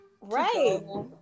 Right